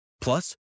Plus